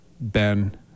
Ben